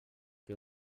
que